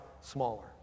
smaller